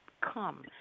come